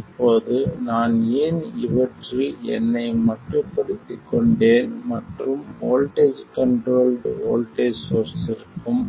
இப்போது நான் ஏன் இவற்றில் என்னை மட்டுப்படுத்திக் கொண்டேன் மற்றும் வோல்ட்டேஜ் கண்ட்ரோல்ட் வோல்ட்டேஜ் சோர்ஸ்ற்கும்